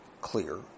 clear